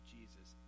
Jesus